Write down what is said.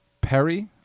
Perry